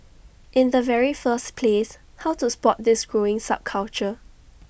in the very first place how to spot this growing subculture